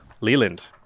leland